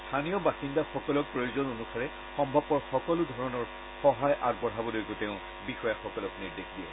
স্থানীয় বাসিন্দাসকলক প্ৰয়োজন অনুসাৰে সম্ভৱপৰ সকলোধৰণৰ সহায় আগবঢ়াবলৈকো তেওঁ বিষয়াসকলক নিৰ্দেশ দিয়ে